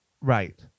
Right